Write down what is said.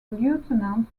lieutenant